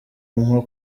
nko